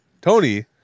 Tony